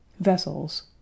Vessels